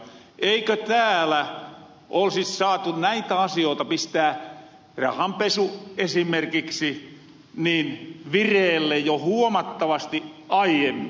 eikö täälä olisi saatu näitä asioota pistää rahanpesu esimerkiksi vireelle jo huomattavasti aiemmin